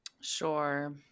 Sure